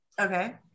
Okay